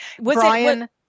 Brian